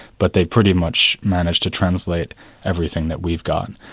but they pretty much managed to translate everything that we've got.